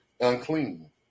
unclean